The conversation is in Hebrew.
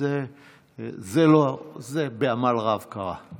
וזה בעמל רב קרה.